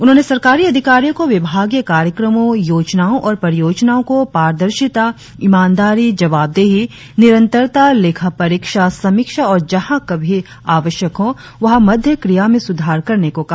उन्होंने सरकारी अधिकारियों को विभागीय कार्यक्रमों योजना और परियोजनाओं को पारदर्शिता ईमानदारीजवाबदेही निरंतरता लेखा परीक्षा समीक्षा और जहां कभी आवश्यक हो वहां मध्य क्रिया में सुधार करने को कहा